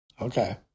Okay